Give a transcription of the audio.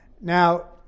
Now